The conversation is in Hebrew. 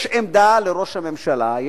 יש עמדה לראש הממשלה,